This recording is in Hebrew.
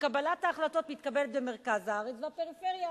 כשקבלת ההחלטות היא במרכז הארץ והפריפריה